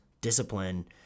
discipline